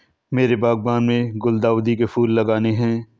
मेरे बागान में गुलदाउदी के फूल लगाने हैं